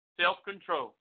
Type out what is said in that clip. self-control